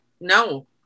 no